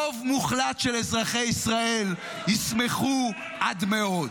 רוב מוחלט של אזרחי ישראל ישמחו עד מאוד.